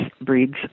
breeds